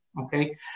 okay